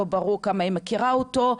לא ברור כמה היא מכירה אותו.